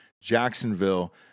Jacksonville